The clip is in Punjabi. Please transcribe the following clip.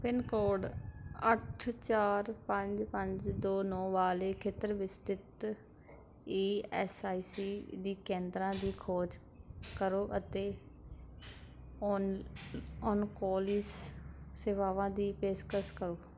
ਪਿੰਨ ਕੋਡ ਅੱਠ ਚਾਰ ਪੰਜ ਪੰਜ ਦੋ ਨੌਂ ਵਾਲੇ ਖੇਤਰ ਵਿੱਚ ਸਥਿਤ ਈ ਐਸ ਆਈ ਸੀ ਦੀ ਕੇਂਦਰਾਂ ਦੀ ਖੋਜ ਕਰੋ ਅਤੇ ਓਨਕੋਲਿਸ ਸੇਵਾਵਾਂ ਦੀ ਪੇਸ਼ਕਸ਼ ਕਰੋ